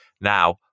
Now